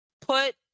put